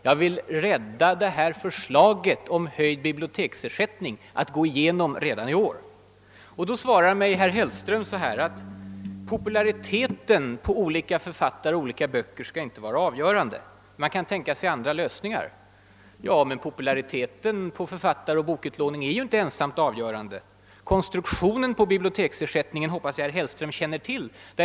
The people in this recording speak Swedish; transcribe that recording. Jag vill rädda förslaget om höjd biblioteksersättning att gå igenom redan i år. Då svarar mig herr Hellström, att »populariteten» i fråga om olika författare och olika böcker inte skall vara avgörande för författarstödet utan man kan tänka sig andra lösningar. Ja, men populariteten i fråga om författare och bokutlåning är ju inte ensamt avgörande. Konstruktionen i biblioteksersättningen hoppas jag herr Hellström känner till.